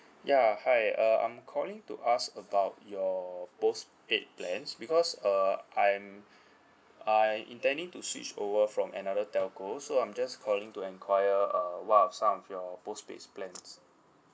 ya hi uh I'm calling to ask about your postpaid plans because uh I'm I intending to switch over from another telco so I'm just calling to enquire uh what are some of your postpaid plans